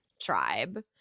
tribe